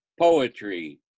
poetry